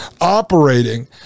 operating